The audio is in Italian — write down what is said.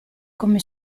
come